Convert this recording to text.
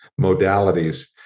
modalities